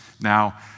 now